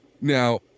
Now